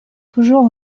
toujours